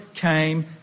came